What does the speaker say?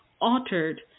altered